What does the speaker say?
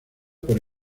por